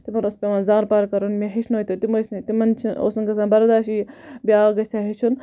تِمَن اوس پیٚوان زار پار کَرُن مےٚ ہیٚچھنٲوتو تِم ٲسۍ نہٕ تِمن چھِ اوس نہٕ گَسان بَرداشے بیاکھ گَژھِ ہا ہیٚچھُن